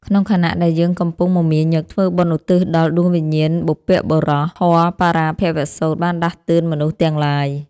ក្នុងខណៈដែលយើងកំពុងមមាញឹកធ្វើបុណ្យឧទ្ទិសដល់ដួងវិញ្ញាណបុព្វបុរស ធម៌បរាភវសូត្របានដាស់តឿនមនុស្សទាំងឡាយ។